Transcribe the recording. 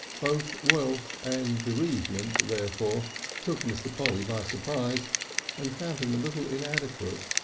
both wealth and bereavement therefore took mr. polly by surprise and found him a little inadequate.